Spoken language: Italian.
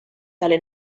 dalle